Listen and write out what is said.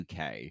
UK